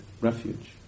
refuge